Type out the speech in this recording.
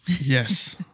Yes